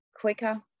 quicker